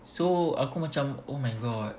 so aku macam oh my god